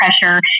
pressure